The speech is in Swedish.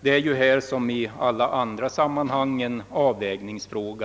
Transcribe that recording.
Det är i detta som i alla andra fall en avvägningsfråga.